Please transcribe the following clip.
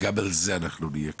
גם על זה אנחנו נהיה כאן,